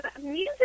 Music